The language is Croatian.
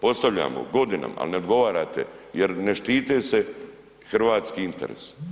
Postavljamo godinama, ali ne odgovarate jer ne štite se hrvatski interesi.